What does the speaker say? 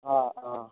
অঁ অঁ